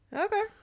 Okay